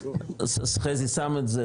אז חזי שם את זה,